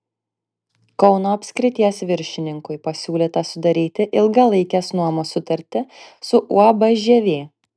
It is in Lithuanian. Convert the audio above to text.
kauno apskrities viršininkui pasiūlyta sudaryti ilgalaikės nuomos sutartį su uab žievė